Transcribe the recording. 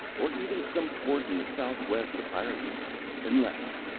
or even some port in the south-west of ireland unless,